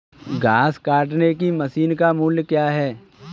घास काटने की मशीन का मूल्य क्या है?